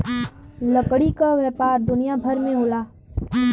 लकड़ी क व्यापार दुनिया भर में होला